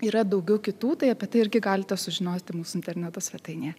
yra daugiau kitų tai apie tai irgi galite sužinoti mūsų interneto svetainėje